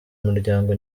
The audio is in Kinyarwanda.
umuryango